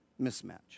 mismatch